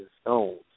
stones